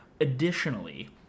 Additionally